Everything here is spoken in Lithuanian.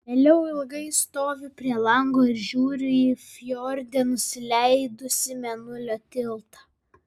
vėliau ilgai stoviu prie lango ir žiūriu į fjorde nusileidusį mėnulio tiltą